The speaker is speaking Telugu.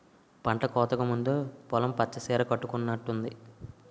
పంటకోతకు ముందు పొలం పచ్చ సీర కట్టుకునట్టుంది